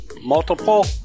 Multiple